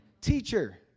teacher